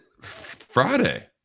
Friday